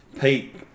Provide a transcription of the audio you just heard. pete